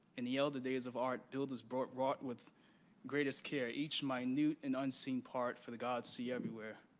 in the elder days of art, builders wrought wrought with greatest care, each minute and unseen part for the gods see everywhere.